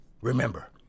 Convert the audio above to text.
remember